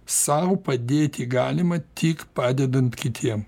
sau padėti galima tik padedant kitiem